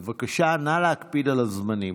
בבקשה, נא להקפיד על הזמנים.